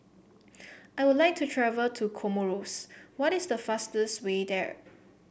I would like to travel to Comoros what is the fastest way there